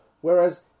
Whereas